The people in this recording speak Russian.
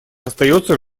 остается